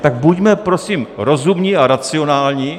Tak buďme prosím rozumní a racionální.